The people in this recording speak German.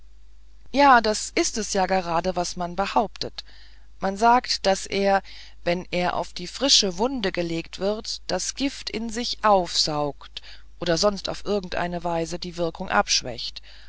ja das ist es gerade was man behauptet man sagt daß er wenn er auf die frische wunde gelegt wird das gift in sich aufsauge oder sonst auf irgendeine weise die wirkung abschwäche